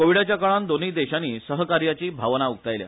कोविडाच्या काळांत दोनूय देशांनी सहकार्याची भावना उक्तायल्या